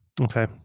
Okay